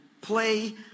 play